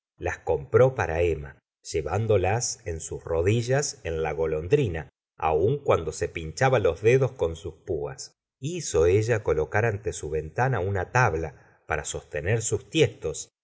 las compró para emma llevándolas en sus rodillas en la golondrina aun cuando se pinchaba los dedos con sus puas hizo ella colocar ante su ventana una tabla para sostener sus tiestos